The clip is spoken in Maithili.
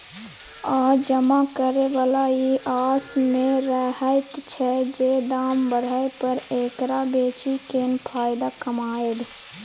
आ जमा करे बला ई आस में रहैत छै जे दाम बढ़य पर एकरा बेचि केँ फायदा कमाएब